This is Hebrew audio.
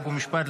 חוק ומשפט,